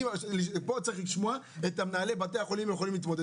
פה צריך לשמוע את מנהלי בתי החולים עם מה הם יכולים להתמודד,